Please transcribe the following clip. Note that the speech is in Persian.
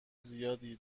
زیادی